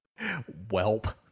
Welp